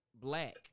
Black